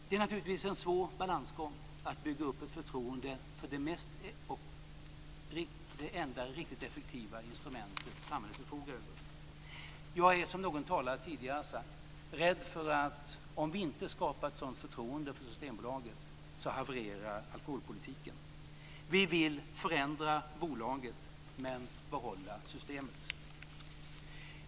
Det är naturligtvis en svår balansgång att bygga upp ett förtroende för det enda riktigt effektiva instrument som samhället förfogar över. Jag är rädd för det som någon tidigare talare tagit upp, att om vi inte skapar ett sådant förtroende för Systembolaget havererar alkoholpolitiken. Vi vill förändra bolaget men behålla Systemet.